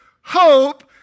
hope